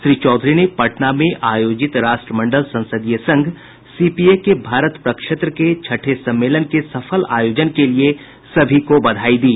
श्री चौधरी ने पटना में आयोजित राष्ट्रमंडल संसदीय संघ सीपीए के भारत क्षेत्र के छठे सम्मेलन के सफल आयोजन के लिए सभी को बधाई दी